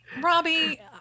Robbie